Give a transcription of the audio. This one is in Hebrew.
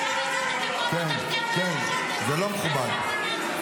זה לא מכובד.